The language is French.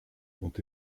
ont